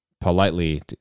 politely